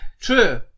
True